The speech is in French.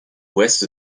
ouest